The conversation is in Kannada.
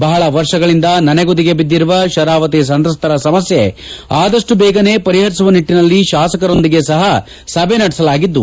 ಬಹಳ ವರ್ಷಗಳಿಂದ ನನೆಗುದಿಗೆ ಬಿದ್ದಿರುವ ಶರಾವತಿ ಸಂತ್ರಸ್ತರ ಸಮಸ್ಥೆ ಆದಷ್ಟು ಬೇಗನೇ ಪರಿಹರಿಸುವ ನಿಟ್ಟನಲ್ಲಿ ಶಾಸಕರೊಂದಿಗೆ ಸಹ ಸಭೆ ನಡೆಸಲಾಗಿದ್ದು